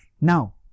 Now